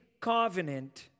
covenant